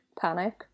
panic